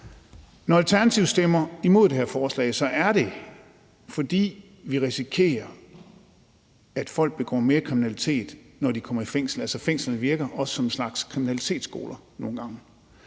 Når Alternativet stemmer imod det her forslag, er det, fordi vi risikerer, at folk begår mere kriminalitet, når de kommer i fængsel. Altså, fængslerne virker også nogle gange som en slags kriminalitetsskoler. Men